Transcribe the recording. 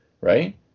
right